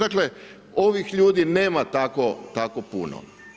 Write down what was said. Dakle ovih ljudi nema tako puno.